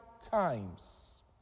times